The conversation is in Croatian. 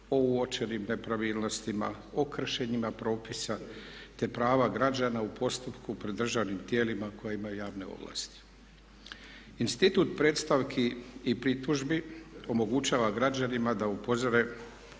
o uočenim nepravilnostima, o kršenjima propisa te prava građana u postupku pred državnim tijelima koje imaju javne ovlasti. Institut predstavki i pritužbi omogućava građanima da upozore